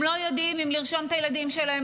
הם לא יודעים אם לרשום את הילדים שלהם